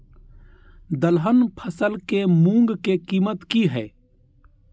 दलहन फसल के मूँग के कीमत की हय?